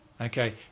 Okay